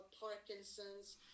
Parkinson's